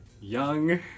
young